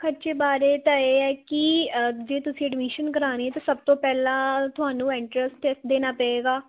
ਖਰਚੇ ਬਾਰੇ ਤਾਂ ਇਹ ਹੈ ਕਿ ਜੇ ਤੁਸੀਂ ਐਡਮਿਸ਼ਨ ਕਰਾਉਣੀ ਤਾਂ ਸਭ ਤੋਂ ਪਹਿਲਾਂ ਤੁਹਾਨੂੰ ਐਂਟਰੈਂਸ ਟੈਸਟ ਦੇਣਾ ਪਵੇਗਾ